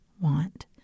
want